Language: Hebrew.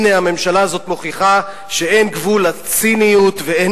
הנה הממשלה הזאת מוכיחה שאין גבול לציניות ואין